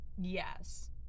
Yes